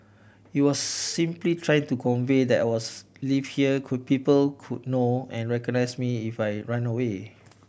you're simply trying to convey that was lived here could people could know and recognise me if I raned away